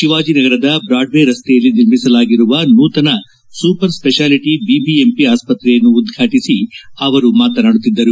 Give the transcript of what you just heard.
ಶಿವಾಜಿನಗರದ Broadway ರಸ್ತೆಯಲ್ಲಿ ನಿರ್ಮಿಸಲಾಗಿರುವ ನೂತನ ಸೂಪರ್ ಸ್ಪೆಷಾಲಿಟ ಬಿಬಿಎಂಪಿ ಆಸ್ಪತ್ರೆಯನ್ನು ಉದ್ಘಾಟಿಸಿ ಅವರು ಮಾತನಾಡುತ್ತಿದ್ದರು